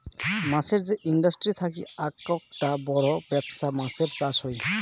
মাছের যে ইন্ডাস্ট্রি থাকি আককটা বড় বেপছা মাছের চাষ হই